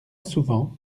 souvent